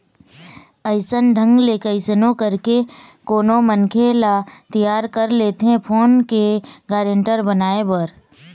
अइसन ढंग ले कइसनो करके कोनो मनखे ल तियार कर लेथे लोन के गारेंटर बनाए बर